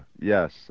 Yes